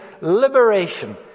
liberation